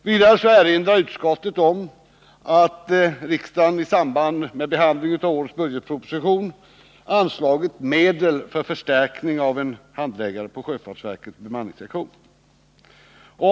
Vidare vill utskottet erinra om att riksdagen i samband med behandlingen av årets budgetproposition —--—- anslagit medel för förstärkning med bl.a. en handläggare på sjöfartsverkets bemanningsektion.